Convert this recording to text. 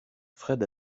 fred